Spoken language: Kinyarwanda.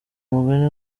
umugani